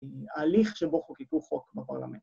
הליך שבו חוקקו חוק בפרלמנט.